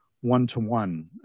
one-to-one